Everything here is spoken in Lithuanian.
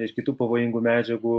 iš kitų pavojingų medžiagų